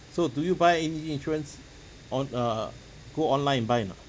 so do you buy any insurance on err go online and buy or not